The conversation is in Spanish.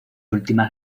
últimas